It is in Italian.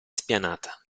spianata